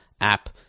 app